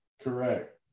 Correct